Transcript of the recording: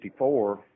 1954